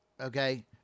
okay